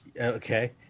Okay